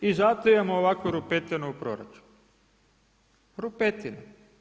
I zato imamo ovakvu rupetinu u proračunu, rupetinu.